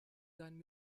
seinen